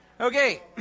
Okay